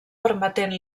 permetent